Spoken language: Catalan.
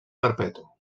perpetu